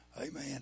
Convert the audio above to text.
Amen